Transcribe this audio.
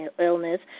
illness